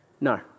No